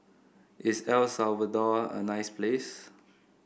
is El Salvador a nice place